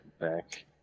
back